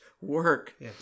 work